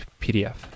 PDF